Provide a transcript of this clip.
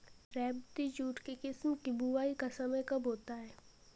रेबती जूट के किस्म की बुवाई का समय कब होता है?